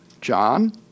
John